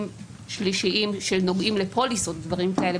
שלישיים שנוגעים לפוליסות ודברים כאלה,